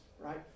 right